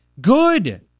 good